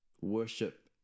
worship